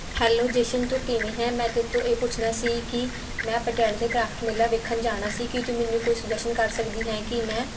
hello Jashan ਤੂੰ ਕਿਵੇਂ ਹੈ ਮੈਂ ਤੇਰੇ ਤੋਂ ਇਹ ਪੁੱਛਣਾ ਸੀ ਕਿ ਮੈਂ ਪਟਿਆਲੇ ਦੇ ਕ੍ਰਾਫਟ ਮੇਲਾ ਵੇਖਣ ਜਾਣਾ ਸੀ ਕੀ ਤੂੰ ਮੈਨੂੰ ਕੋਈ ਸੁਜੈਸ਼ਨ ਕਰ ਸਕਦੀ ਹੈ ਕਿ ਮੈਂ